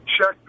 Check